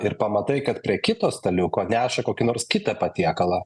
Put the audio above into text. ir pamatai kad prie kito staliuko neša kokį nors kitą patiekalą